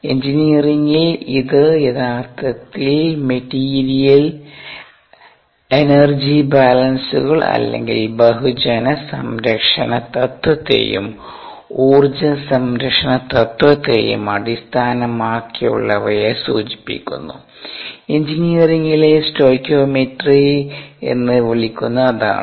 എഞ്ചിനീയറിംഗിൽ ഇത് യഥാർത്ഥത്തിൽ മെറ്റീരിയൽ എനർജി ബാലൻസുകൾ അല്ലെങ്കിൽ ബഹുജന സംരക്ഷണ തത്വത്തെയും ഊർജ്ജ സംരക്ഷണ തത്വത്തെയും അടിസ്ഥാനമാക്കിയുള്ളവയെ സൂചിപ്പിക്കുന്നു എഞ്ചിനീയറിംഗിലെ സ്റ്റോകിയോമെട്രി എന്ന് വിളിക്കുന്നത് അതാണ്